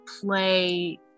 play